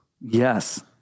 Yes